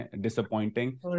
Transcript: disappointing